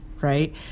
right